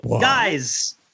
guys